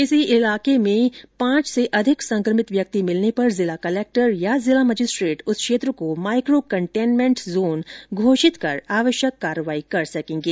किसी इलाके में पांच से अधिक संक्रमित व्यक्ति मिलने पर जिला कलेक्टर या जिला मजिस्ट्रेट उस क्षेत्र को माइक्रो कंटेनमेंट जोन घोषित कर आवश्यक कार्यवाही कर सकेंगे